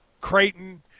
Creighton